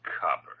copper